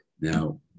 Now